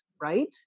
right